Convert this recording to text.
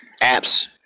apps